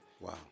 wow